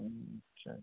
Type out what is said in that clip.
আচ্ছা